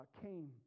came